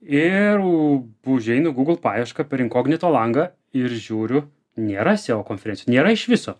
ir užeinu google paiešką per inkognito langą ir žiūriu nėra seo konferencijos nėra iš viso